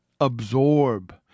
absorb